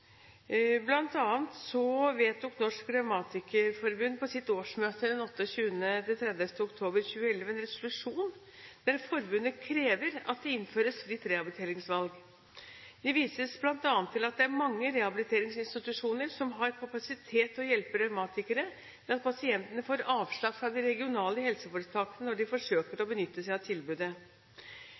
vedtok Norsk Revmatikerforbund på sitt årsmøte 28.–30. oktober 2011 en resolusjon der forbundet krever at det innføres fritt rehabiliteringsvalg. Det vises bl.a. til at det er mange rehabiliteringsinstitusjoner som har kapasitet til å hjelpe revmatikere, men pasientene får avslag fra de regionale helseforetakene når de forsøker å benytte seg av tilbudet.